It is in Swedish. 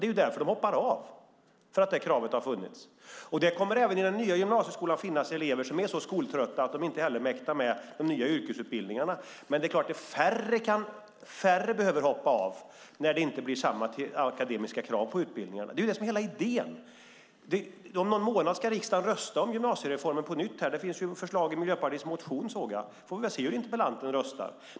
Det är därför att det kravet har funnits som de hoppat av. Det kommer även i den nya gymnasieskolan att finnas elever som är så skoltrötta att de inte heller mäktar med de nya yrkesutbildningarna. Men färre behöver hoppa av när det inte blir samma akademiska krav på utbildningarna. Det är hela idén. Om någon månad ska riksdagen rösta om gymnasiereformen på nytt. Jag såg att det finns förslag i Miljöpartiets motion. Vi får väl se hur interpellanten röstar.